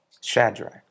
Shadrach